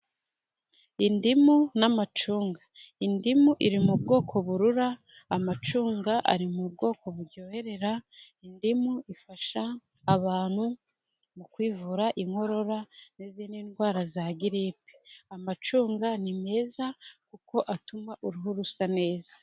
Indimu n'amacunga . Indimu iri mu bwoko burura , amacunga ari mu bwoko buryoherera . Indimu ifasha abantu mu kwivura inkorora n'izindi ndwara za giripe . Amacunga ni meza kuko atuma uruhu rusa neza.